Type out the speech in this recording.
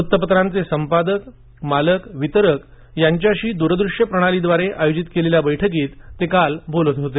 वृत्तपत्रांचे संपादक मालक वितरक यांच्याशी दुरदृश्य प्रणालीद्वारे आयोजित केलेल्या बैठकीत ते काल बोलत होते